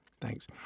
Thanks